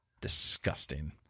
Disgusting